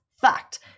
Fact